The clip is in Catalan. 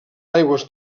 aigües